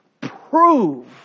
prove